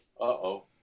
Uh-oh